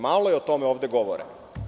Malo je o tome ovde govoreno.